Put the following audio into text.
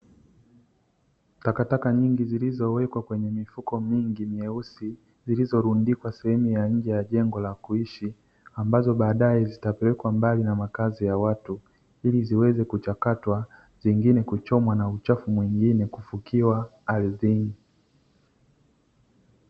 Takataka nyingi zilizowekwa kwenye mifuko mingi myeusi, zilizorundikwa sehemu ya nje ya jengo la kuishi ambazo baadae zitapelekwa mbali na makazi ya watu, ili ziweze kuchakatwa, zingine kuchomwa, na uchafu mwingine kufukiwa ardhini.